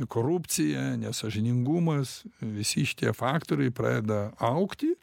korupcija nesąžiningumas visi šitie faktoriai pradeda augti